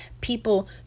people